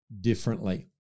differently